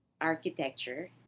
architecture